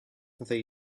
they